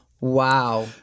Wow